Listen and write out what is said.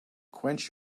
quench